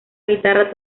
guitarra